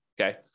Okay